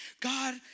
God